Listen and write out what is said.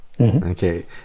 Okay